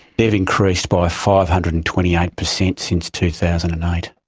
they have increased by five hundred and twenty eight percent since two thousand and eight.